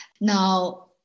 Now